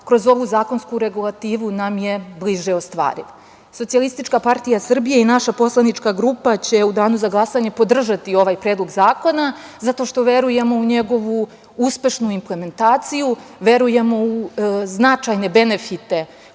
kroz ovu zakonsku regulativnu nam je bliže ostvariv. Socijalistička partija Srbije i naša poslanička grupa će u danu za glasanje podržati ovaj Predlog zakona zato što verujemo u njegovu uspešnu implementaciju. Verujemo u značajne benefite